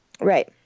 right